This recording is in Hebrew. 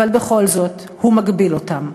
אבל בכל זאת הוא מגביל אותם.